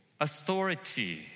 authority